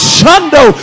Shundo